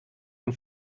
dem